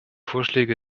vorschläge